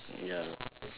ya